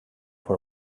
for